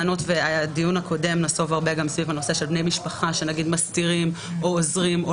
הדיון הקודם נסוב הרבה סביב הנושא של בני משפחה שמסתירים או עוזרים.